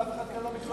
ואף אחד כאן לא מתלונן.